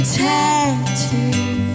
tattoos